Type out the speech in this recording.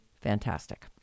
Fantastic